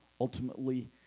ultimately